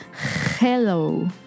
Hello